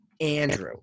Andrew